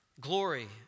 glory